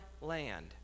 land